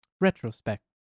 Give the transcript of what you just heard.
retrospect